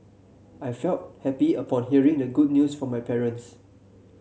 I felt happy upon hearing the good news from my parents